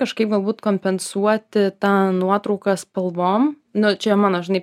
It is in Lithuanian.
kažkaip galbūt kompensuoti tą nuotrauką spalvom nu čia mano žinai